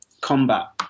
combat